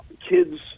kids